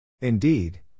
Indeed